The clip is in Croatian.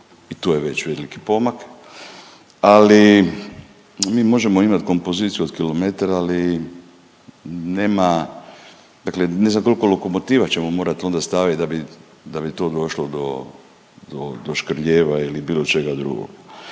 i tu je već veliki pomak, ali mi možemo imati kompoziciju od kilometar, ali nema, dakle ne znam koliko lokomotiva ćemo morati onda staviti da bi to došlo do Šrljeva ili bilo čega drugog.